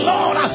Lord